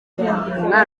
umwana